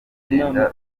bigenda